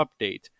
update